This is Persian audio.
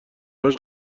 هاش